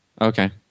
Okay